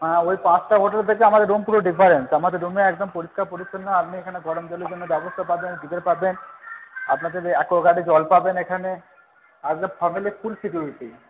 হ্যাঁ ওই পাঁচটা হোটেল থেকে আমাদের রুম পুরো ডিফারেন্ট আমাদের রুমে একদম পরিষ্কার পরিচ্ছন্ন আপনি এখানে গরম জলের জন্য ব্যবস্থা পাবেন গিজার পাবেন আপনাদের অ্যাকোয়াগার্ডে জল পাবেন এখানে আর ফুল সিকিউরিটি